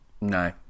no